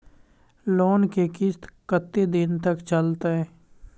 Loan के किस्त कत्ते दिन तक चलते?